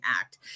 act